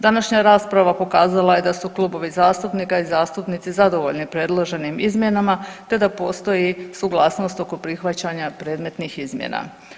Današnja rasprava pokazala je da su klubovi zastupnika i zastupnici zadovoljni predloženim izmjenama te da postoji suglasnost oko prihvaćanja predmetnih izmjena.